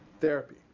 therapy